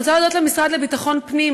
אני רוצה להודות למשרד לביטחון פנים,